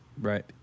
Right